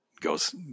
goes